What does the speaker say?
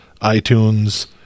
iTunes